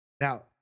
Now